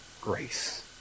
grace